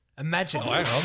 Imagine